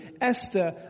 Esther